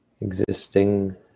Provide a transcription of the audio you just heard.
existing